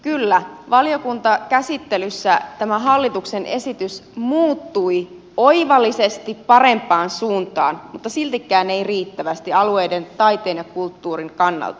kyllä valiokuntakäsittelyssä tämä hallituksen esitys muuttui oivallisesti parempaan suuntaan mutta siltikään ei riittävästi alueiden taiteen ja kulttuurin kannalta